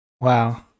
Wow